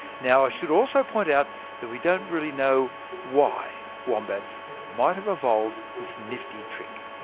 now i should also point out that we don't really know why wombats might have evolved this nifty trick.